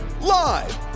Live